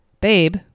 babe